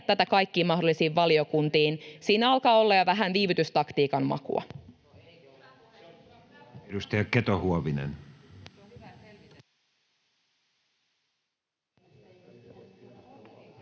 tätä kaikkiin mahdollisiin valiokuntiin, siinä alkaa olla jo vähän viivytystaktiikan makua.